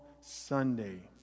Sunday